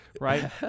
right